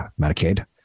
Medicaid